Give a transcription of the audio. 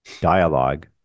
dialogue